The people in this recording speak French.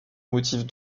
motifs